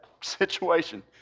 situation